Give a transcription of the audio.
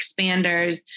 expanders